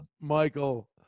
michael